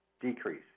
decrease